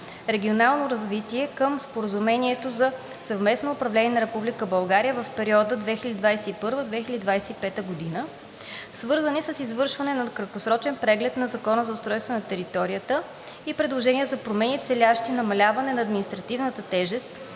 регионално развитие към Споразумението за съвместно управление на Република България в период 2021 – 2025 г., свързани с извършване на краткосрочен преглед на Закона за устройство на територията и предложения за промени, целящи намаляване на административната тежест,